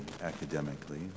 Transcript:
academically